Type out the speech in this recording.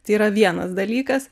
tai yra vienas dalykas